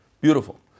Beautiful